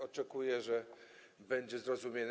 Oczekuję, że będzie zrozumienie.